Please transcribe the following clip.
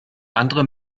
andere